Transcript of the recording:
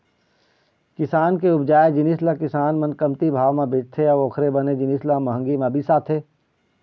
किसान के उपजाए जिनिस ल किसान मन कमती भाव म बेचथे अउ ओखरे बने जिनिस ल महंगी म बिसाथे